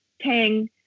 tang